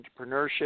entrepreneurship